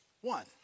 One